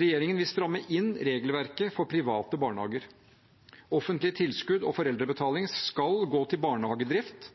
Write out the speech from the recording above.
Regjeringen vil stramme inn regelverket for private barnehager. Offentlige tilskudd og foreldrebetaling skal gå til barnehagedrift,